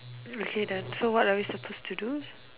okay done so what are we supposed to do